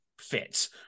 fits